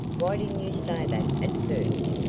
why didn't you say that at first?